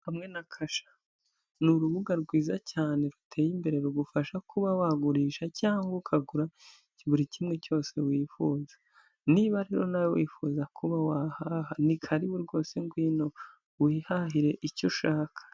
Hamwe na Kasha ni urubuga rwiza cyane ruteye imbere rugufasha kuba wagurisha cyangwa ukagura buri kimwe cyose wifuza, niba rero nawe wifuza kuba wahaha nti karibu rwose ngwino wihahire icyo ushaka.